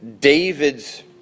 David's